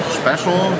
special